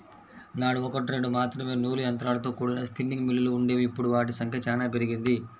నాడు ఒకట్రెండు మాత్రమే నూలు యంత్రాలతో కూడిన స్పిన్నింగ్ మిల్లులు వుండేవి, ఇప్పుడు వాటి సంఖ్య చానా పెరిగింది